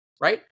right